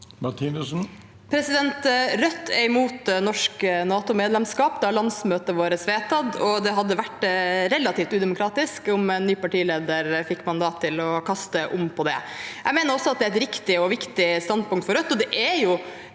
Rødt er imot norsk NATO-medlemskap. Det har landsmøtet vårt vedtatt, og det ville ha vært relativt udemokratisk om en ny partileder fikk mandat til å kaste om på det. Jeg mener også at det er et riktig og viktig standpunkt for Rødt. Dette